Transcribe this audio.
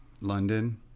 London